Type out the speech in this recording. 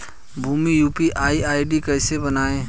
Bhim UPI ID कैसे बनाएं?